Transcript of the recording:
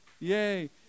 Yay